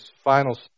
final